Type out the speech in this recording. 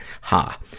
Ha